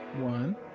one